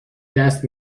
دست